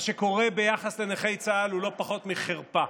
מה שקורה ביחס לנכי צה"ל הוא לא פחות מחרפה.